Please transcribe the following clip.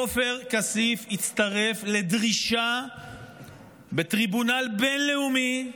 עופר כסיף הצטרף לדרישה בטריבונל בין-לאומי,